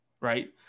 Right